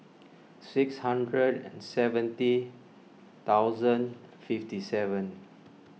six hundred seventy thousand fifty seven